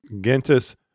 Gentis